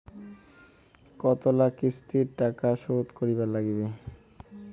কতোলা কিস্তিতে টাকা শোধ করিবার নাগীবে?